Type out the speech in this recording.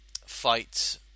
fight